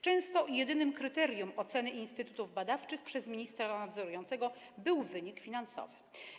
Często jedynym kryterium oceny instytutów badawczych przez ministra nadzorującego był wynik finansowy.